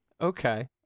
Okay